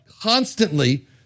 constantly